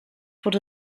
wurde